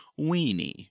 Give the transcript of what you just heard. weenie